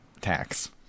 tax